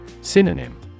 Synonym